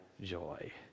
joy